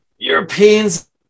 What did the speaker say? Europeans